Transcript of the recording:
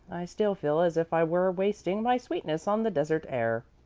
i still feel as if i were wasting my sweetness on the desert air.